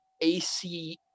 AC